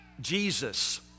Jesus